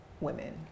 women